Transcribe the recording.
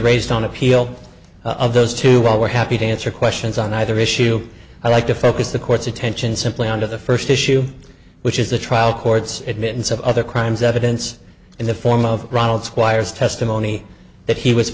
raised on appeal of those two well we're happy to answer questions on either issue i'd like to focus the court's attention simply on to the first issue which is the trial court's admittance of other crimes evidence in the form of ronald squiers testimony that he was